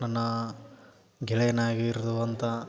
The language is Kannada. ನನ್ನ ಗೆಳೆಯನಾಗಿ ಇರುವಂಥ